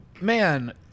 man